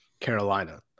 Carolina